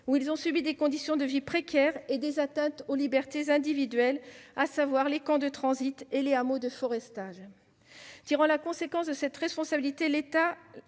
où ils ont subi des conditions de vie précaires et des atteintes aux libertés individuelles, à savoir les camps de transit et les hameaux de forestage. Tirant la conséquence de cette responsabilité de l'État,